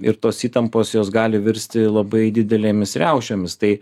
ir tos įtampos jos gali virsti labai didelėmis riaušėmis tai